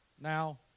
now